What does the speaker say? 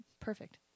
Perfect